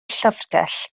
llyfrgell